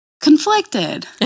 Conflicted